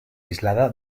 aislada